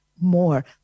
more